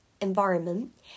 environment